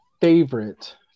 favorite